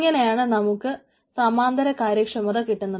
ഇങ്ങനെയാണ് നമുക്ക് സമാന്തര കാര്യക്ഷമത കിട്ടുന്നത്